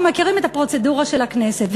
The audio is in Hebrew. אנחנו מכירים את הפרוצדורה של הכנסת,